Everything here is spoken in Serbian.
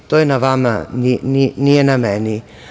To je na vama, nije na meni.